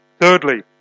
Thirdly